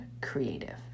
creative